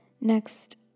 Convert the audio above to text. Next